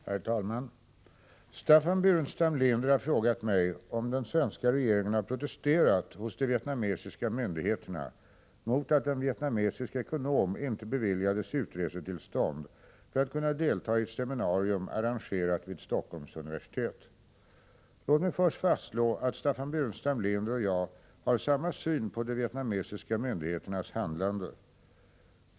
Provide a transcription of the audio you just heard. Herr talman! Staffan Burenstam Linder har frågat mig om den svenska regeringen har protesterat hos de vietnamesiska myndigheterna mot att en vietnamesisk ekonom inte beviljades utresetillstånd för att kunna delta i ett seminarium arrangerat vid Stockholms universitet. Låt mig först fastslå att Staffan Burenstam Linder och jag har samma syn på de vietnamesiska myndigheternas handlande.